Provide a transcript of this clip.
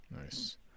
Nice